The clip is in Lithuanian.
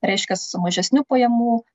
reiškia su mažesniu pajamų